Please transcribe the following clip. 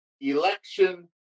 election